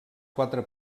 quatre